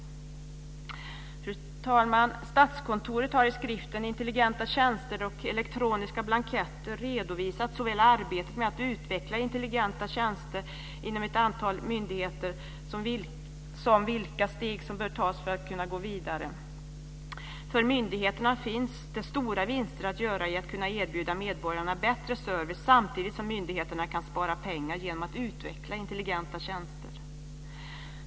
Fru talman! Statskontoret har i skriften Intelligenta tjänster och elektroniska blanketter redovisat såväl arbetet med att utveckla intelligenta tjänster inom ett antal myndigheter som vilka steg som bör tas för att man ska kunna gå vidare. För myndigheterna finns det stora vinster att göra genom att kunna erbjuda medborgarna bättre service samtidigt som myndigheterna kan spara pengar genom att utveckla intelligenta tjänster.